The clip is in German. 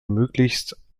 möglichst